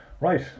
Right